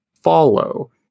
follow